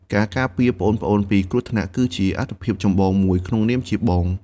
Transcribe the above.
ការការពារប្អូនៗពីគ្រោះថ្នាក់ គឺជាអាទិភាពចម្បងមួយក្នុងនាមជាបង។